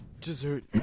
Dessert